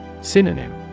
Synonym